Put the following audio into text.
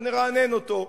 נרענן אותו,